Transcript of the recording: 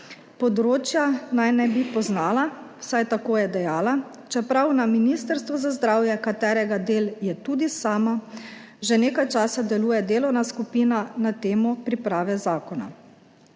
Področja naj ne bi poznala, vsaj tako je dejala, čeprav na ministrstvu za zdravje, katerega del je tudi sama, že nekaj časa deluje delovna skupina na temo priprave zakona.